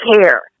care